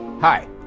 Hi